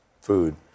Food